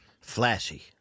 Flashy